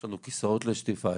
יש לנו כיסאות לשטיפה,